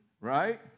right